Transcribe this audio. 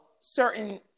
certain